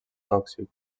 tòxic